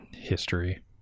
history